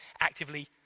actively